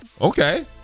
okay